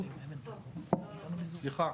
סליחה,